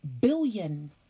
billion